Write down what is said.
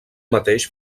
mateix